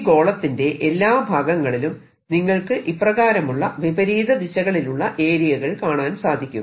ഈ ഗോളത്തിന്റെ എല്ലാ ഭാഗങ്ങളിലും നിങ്ങൾക്ക് ഇപ്രകാരമുള്ള വിപരീത ദിശകളിലുള്ള ഏരിയകൾ കാണാൻ സാധിക്കും